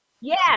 Yes